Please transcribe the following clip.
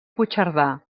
puigcerdà